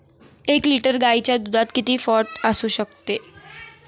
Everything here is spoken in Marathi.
एक लिटर गाईच्या दुधात किती फॅट असू शकते?